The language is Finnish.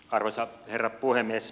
arvoisa herra puhemies